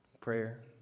prayer